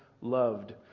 loved